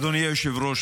אדוני היושב-ראש,